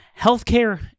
healthcare